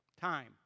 Time